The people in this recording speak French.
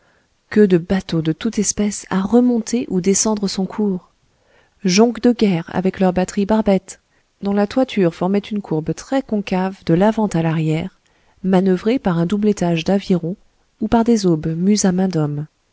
que de bateaux de toute espèce à remonter ou descendre son cours jonques de guerre avec leur batterie barbette dont la toiture formait une courbe très concave de l'avant à l'arrière manoeuvrées par un double étage d'avirons ou par des aubes mues à main d'homme